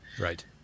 Right